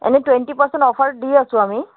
এনে twenty percent অফাৰত দি আছোঁ আমি